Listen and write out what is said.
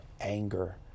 anger